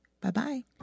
Bye-bye